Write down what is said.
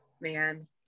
man